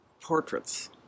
portraits